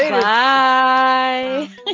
Bye